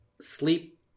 Sleep